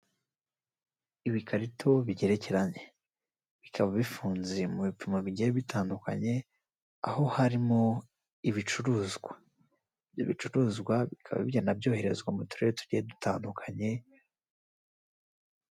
Ibikarito bigerekeranye bikaba bifunze mu bipimo bigenda bitandukanye, aho harimo ibicuruzwa. Ibicuruzwa bikaba bigenda byoherezwa mu turere tugiye dutandukanye.